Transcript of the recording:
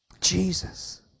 Jesus